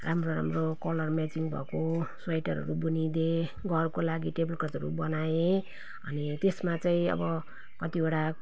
राम्रो राम्रो colour matching भएको स्वेटरहरू बुनिदिएँ घरको लागि टेबलक्लथहरू बनाएँ अनि त्यसमा चाहिँ अब कतिवटा